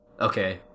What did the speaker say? okay